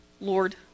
Lord